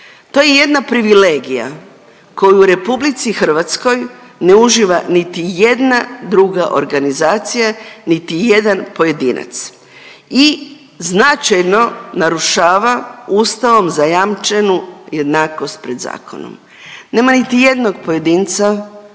To je jedna privilegija koju u RH ne uživa niti jedna druga organizacija, niti jedan pojedinac i značajno narušava ustavom zajamčenu jednakost pred zakonom. Nema niti jednog pojedinca,